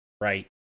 right